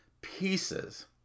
pieces